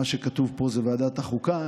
מה שכתוב פה זה ועדת החוקה,